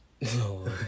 No